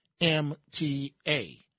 MTA